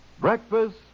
Breakfast